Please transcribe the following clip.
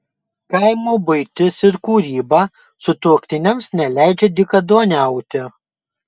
kaimo buitis ir kūryba sutuoktiniams neleidžia dykaduoniauti